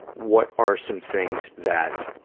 what are some things that,